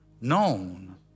known